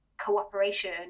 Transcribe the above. cooperation